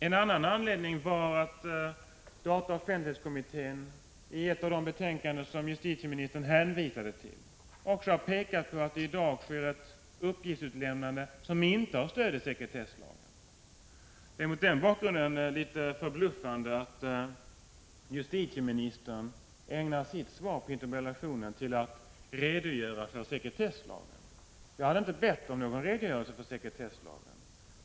En annan anledning var att dataoch offentlighetskommittén i ett av de betänkanden som justitieministern hänvisade till också har pekat på att det i dag sker ett uppgiftsutlämnande som inte har stöd i sekretesslagen. Det är mot den bakgrunden litet förbluffande att justitieministern ägnar sitt svar på interpellationen åt att redogöra för sekretesslagen. Jag hade inte bett om någon redogörelse för sekretesslagen.